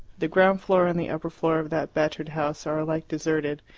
the ground floor and the upper floor of that battered house are alike deserted,